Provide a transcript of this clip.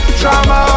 drama